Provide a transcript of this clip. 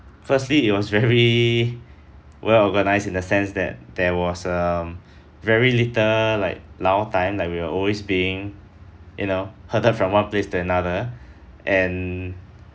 firstly it was very well organised in a sense that there was um very little like lull time like we will always being you know herded from one place to another and